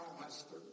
Master